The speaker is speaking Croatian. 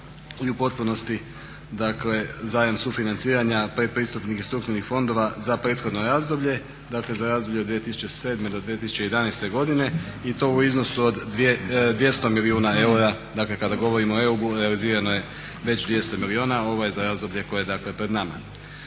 i u potpunosti zajam sufinanciranja pretpristupnih i strukturnih fondova za prethodno razdoblje, dakle za razdoblje od 2007.-2011.godine i to u iznosu od 200 milijuna eura, dakle kada govorimo o EIB-u realizirano je već 200 milijuna. Ovo je za razdoblje koje je pred nama.